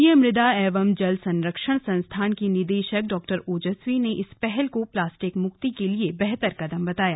भारतीय मृदा एवं जल संरक्षण संस्थान के निदेशक डॉ ओजस्वी ने इस पहल को प्लास्टिक मुक्ति के लिए बेहतर कदम बताया